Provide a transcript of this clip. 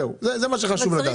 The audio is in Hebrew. זה מה שחשוב לדעת.